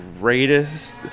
greatest